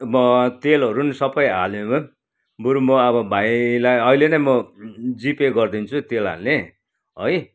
म तेलहरू नि सबै हालेर बरु म अब भाइलाई अहिले नै म जिपे गरिदिन्छु तेल हाल्ने है